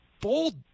bold